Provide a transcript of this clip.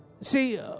See